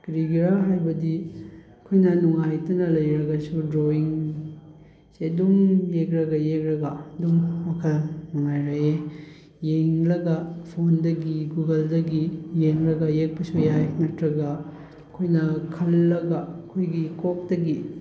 ꯀꯔꯤꯒꯤꯅꯣ ꯍꯥꯏꯕꯗꯤ ꯑꯩꯈꯣꯏꯅ ꯅꯨꯡꯉꯥꯏꯇꯅ ꯂꯩꯔꯒꯁꯨ ꯗ꯭ꯔꯣꯋꯤꯡꯁꯦ ꯑꯗꯨꯝ ꯌꯦꯛꯂꯒ ꯌꯦꯛꯂꯒ ꯑꯗꯨꯝ ꯋꯥꯈꯜ ꯅꯨꯡꯉꯥꯏꯔꯛꯏ ꯌꯦꯡꯂꯒ ꯐꯣꯟꯗꯒꯤ ꯒꯨꯒꯜꯗꯒꯤ ꯌꯦꯡꯂꯒ ꯌꯦꯛꯄꯁꯨ ꯌꯥꯏ ꯅꯠꯇ꯭ꯔꯒ ꯑꯩꯈꯣꯏꯅ ꯈꯜꯂꯒ ꯑꯩꯈꯣꯏꯒꯤ ꯀꯣꯛꯇꯒꯤ